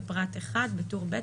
בפרט (1) בטור ב',